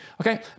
Okay